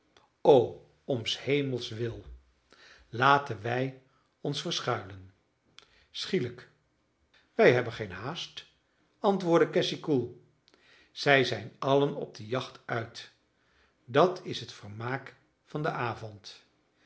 om s hemels wil laten wij ons verschuilen schielijk wij hebben geen haast antwoordde cassy koel zij zijn allen op de jacht uit dat is het vermaak van den avond